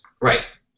Right